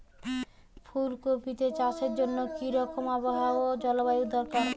ফুল কপিতে চাষের জন্য কি রকম আবহাওয়া ও জলবায়ু দরকার?